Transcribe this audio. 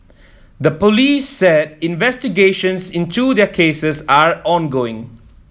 the police said investigations into their cases are ongoing